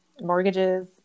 mortgages